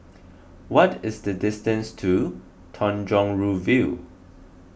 what is the distance to Tanjong Rhu View